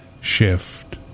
Shift